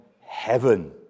heaven